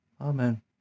Amen